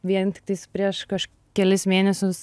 vien tiktais prieš kaž kelis mėnesius